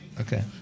okay